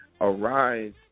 arise